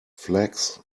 flax